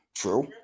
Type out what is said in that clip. true